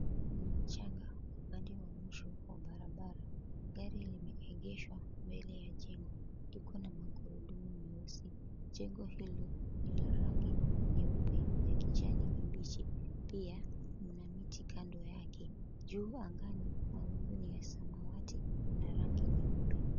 Kuna mchanga upande wa mwisho wa barabara. Gari limeegeshwa mbele ya jengo, iko na magurudumu meusi. Jengo hilo ni la langi nyeupe na kijani kibichi, pia mna miti kando yake. Juu angani mawingu ni ya samawati na rangi nyeupe.